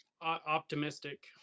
optimistic